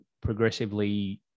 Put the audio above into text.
progressively